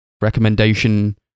recommendation